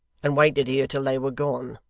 and waited here till they were gone.